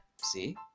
see